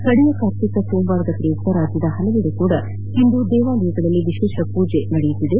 ಕಡೆಯ ಕಾರ್ತಿಕ ಸೋಮವಾರದ ಪ್ರಯುಕ್ತ ರಾಜ್ಯದ ಹಲವೆಡೆ ಇಂದು ದೇವಾಲಯಗಳಲ್ಲಿ ವಿಶೇಷ ಪೂಜೆ ನಡೆಯುತ್ತಿದೆ